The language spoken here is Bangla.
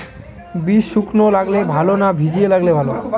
বীজ শুকনো লাগালে ভালো না ভিজিয়ে লাগালে ভালো?